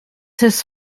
his